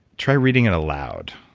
try reading it aloud.